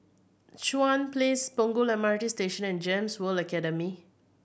Chuan Place Punggol M R T Station and GEMS World Academy